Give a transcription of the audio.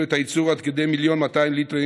את הייצור עד כדי 1.2 מיליון ליטרים,